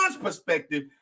perspective